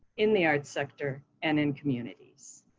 in the arts sector, and in communities.